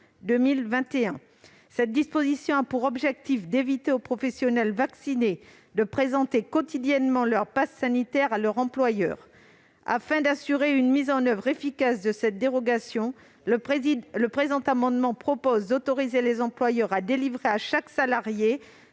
Cette disposition a pour objectif d'éviter aux professionnels vaccinés de présenter quotidiennement leur passe sanitaire à leur employeur. Afin d'assurer une mise en oeuvre efficace de cette dérogation, le présent amendement prévoit d'autoriser les employeurs à délivrer à chaque salarié